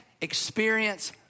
experience